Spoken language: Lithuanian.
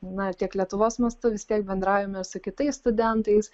na tiek lietuvos mastu vis tiek bendraujame su kitais studentais